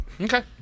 Okay